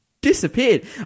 Disappeared